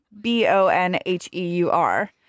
B-O-N-H-E-U-R